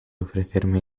ofrecerme